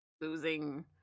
losing